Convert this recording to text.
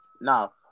No